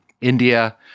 India